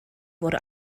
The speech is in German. wurde